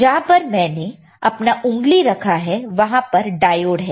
जहां पर मैंने अपना उंगली रखा है वहां पर डायोड है